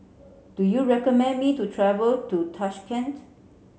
do you recommend me to travel to Tashkent